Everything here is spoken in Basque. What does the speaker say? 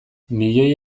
milioi